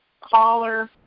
caller